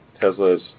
Tesla's